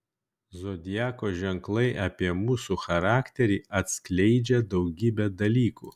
zodiako ženklai apie mūsų charakterį atskleidžią daugybę dalykų